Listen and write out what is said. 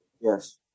Yes